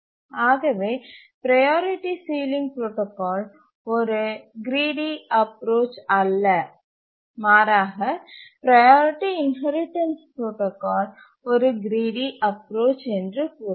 ஆகவே priority ceiling protocol ஒரு greedy approach அல்ல மாறாக ப்ரையாரிட்டி இன்ஹெரிடன்ஸ் புரோடாகால் ஒரு கிரீடி அப்புரோச் என்று கூறலாம்